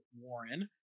warren